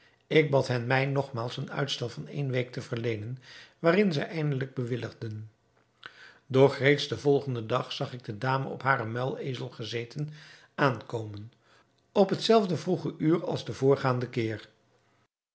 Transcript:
ik bad hen mij nogmaals een uitstel van ééne week te verleenen waarin zij eindelijk bewilligden doch reeds den volgenden dag zag ik de dame op haren muilezel gezeten aankomen op het zelfde vroege uur als den voorgaanden keer